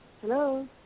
Hello